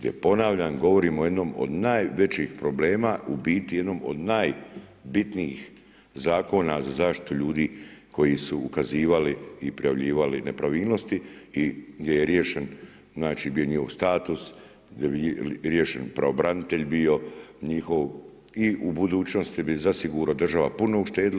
Jer ponavljam govorimo o jednom od najvećih problema, u biti jednom od najbitnijih zakona za zaštitu ljudi koji su ukazivali i prijavljivali nepravilnosti i gdje je riješen, znači bio njihov status, gdje bi riješen pravobranitelj bio njihov i u budućnosti bi zasigurno država puno uštedila.